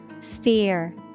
Sphere